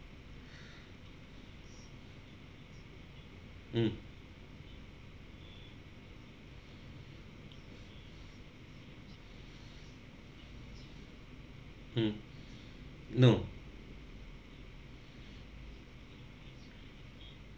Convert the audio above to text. mm mm no